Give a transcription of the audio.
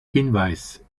hinweis